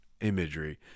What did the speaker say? imagery